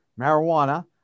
marijuana